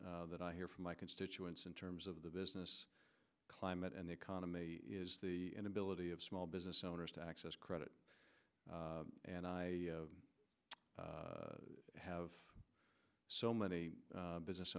that i hear from my constituents in terms of the business climate and the economy is the inability of small business owners to access credit and i have so many business